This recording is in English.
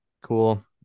cool